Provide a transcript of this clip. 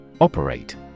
Operate